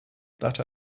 that